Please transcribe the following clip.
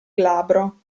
glabro